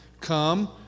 Come